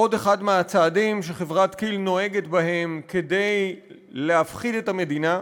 עוד אחד מהצעדים שחברת כי"ל נוהגת בהם כדי להפחיד את המדינה,